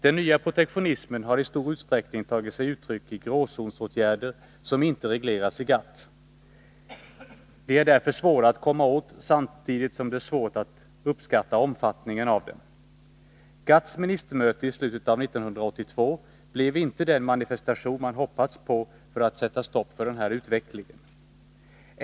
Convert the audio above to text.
Den nya protektionismen har i stor utsträckning tagit sig uttryck i gråzonsåtgärder som inte regleras i GATT. De är därför svåra att komma åt samtidigt som det är svårt att uppskatta omfattningen av dem. GATT:s ministermöte i slutet av 1982 blev inte den manifestation man hoppats på för att sätta stopp för den här utvecklingen.